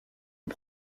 aux